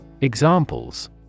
Examples